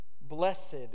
Blessed